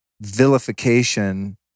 vilification